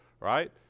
right